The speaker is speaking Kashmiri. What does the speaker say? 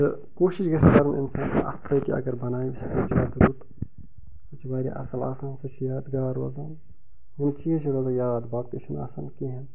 تہٕ کوٗشِش گژھِ کَرُن انسان اَتھٕ سۭتۍ اگر بناوِ سُہ چھُ واریاہ رُت واریاہ اَصٕل آسان سُہ چھُ یادگار روزان یِم چیٖز چھِ روزان یاد باقٕے چھُ نہٕ آسان کِہیٖنٛۍ